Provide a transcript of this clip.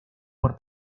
por